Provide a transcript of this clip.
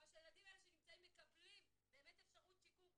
אבל שהילדים האלה שנמצאים מקבלים באמת אפשרות שיקום,